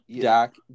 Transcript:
Dak